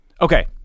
Okay